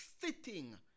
sitting